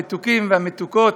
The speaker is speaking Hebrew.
המתוקים והמתוקות,